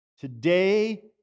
Today